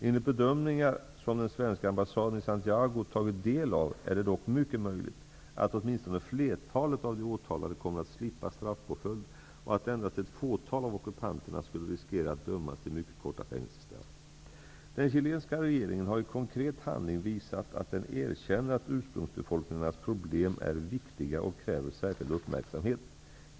Enligt bedömningar som den svenska ambassaden i Santiago tagit del av är det dock mycket möjligt att åtminstone flertalet av de åtalade kommer att slippa straffpåföljd och att endast ett fåtal av ockupanterna skulle riskera att dömas till mycket korta fängelsestraff. Den chilenska regeringen har i konkret handling visat att den erkänner att ursprungsbefolkningarnas problem är viktiga och kräver särskild uppmärksamhet.